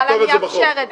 אז תכתוב את זה בחוק.